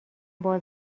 باز